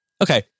Okay